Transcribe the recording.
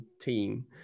team